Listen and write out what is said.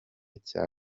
cya